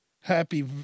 happy